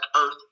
Earth